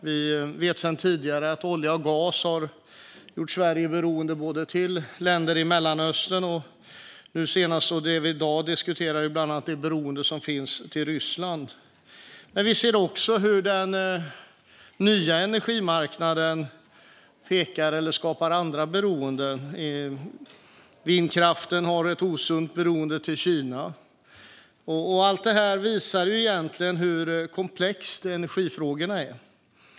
Vi vet sedan tidigare att olja och gas har gjort Sverige beroende av länder i Mellanöstern och, som vi i dag diskuterar, av Ryssland. Även den nya energimarknaden skapar beroenden, till exempel vindkraftens osunda beroende av Kina. Allt detta visar hur komplexa energifrågorna är.